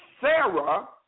Sarah